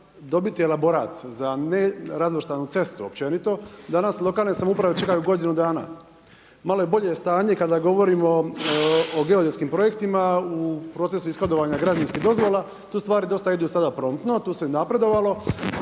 dobiti elaborat za nerazvrstanu cestu općenito, danas lokalne samouprave čekaju godinu dana. Malo je bolje stanje kada govorimo o geodetskim projektima u procesu ishodovanja građevinskih dozvola, tu stvari dosta idu sada promptno, tu se napredovalo,